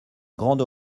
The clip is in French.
grande